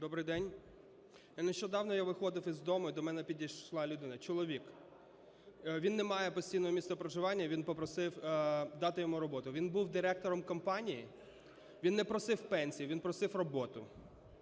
Добрий день. Нещодавно я виходив з дому і до мене підійшла людина, чоловік. Він не має постійного місця проживання, і він попросив дати йому роботу. Він був директором компанії, він не просив пенсію, він просив роботу,